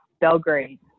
Belgrade